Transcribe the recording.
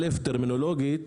א', טרמינולוגית,